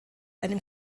einem